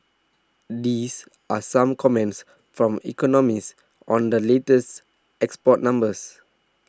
these are some comments from economists on the latest export numbers